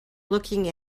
looking